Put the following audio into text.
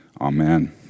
Amen